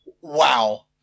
Wow